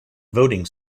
voting